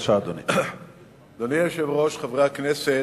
אדוני היושב-ראש, חברי הכנסת,